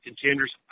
contenders